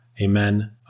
Amen